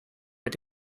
mit